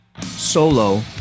solo